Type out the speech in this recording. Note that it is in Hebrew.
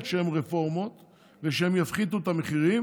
שהם רפורמות ושהם יפחיתו את המחירים,